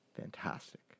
fantastic